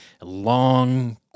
long